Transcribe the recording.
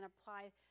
apply